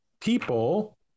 people